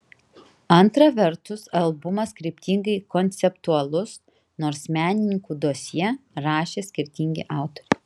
antra vertus albumas kryptingai konceptualus nors menininkų dosjė rašė skirtingi autoriai